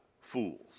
fools